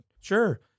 sure